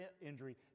injury